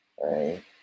right